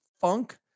funk